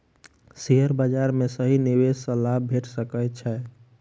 share बाजार में सही निवेश सॅ लाभ भेट सकै छै